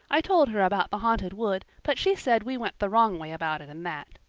i told her about the haunted wood, but she said we went the wrong way about it in that.